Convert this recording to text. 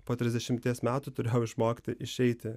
po trisdešimties metų turėjau išmokti išeiti